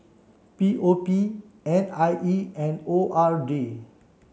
P O P N I E and O R D